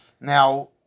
Now